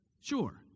Sure